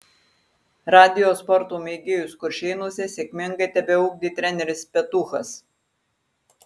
radijo sporto mėgėjus kuršėnuose sėkmingai tebeugdė treneris petuchas